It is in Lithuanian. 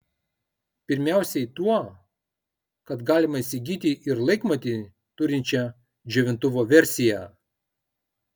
pirmiausiai tuo kad galima įsigyti ir laikmatį turinčią džiovintuvo versiją